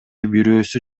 бирөөсү